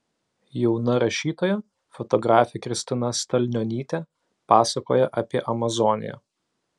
jauna rašytoja fotografė kristina stalnionytė pasakoja apie amazoniją